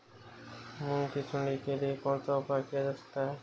मूंग की सुंडी के लिए कौन सा उपाय किया जा सकता है?